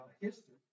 history